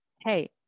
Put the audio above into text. hey